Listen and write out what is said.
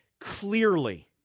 clearly